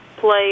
play